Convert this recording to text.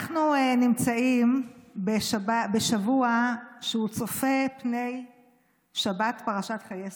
אנחנו נמצאים בשבוע שצופה פני שבת, פרשת חיי שרה.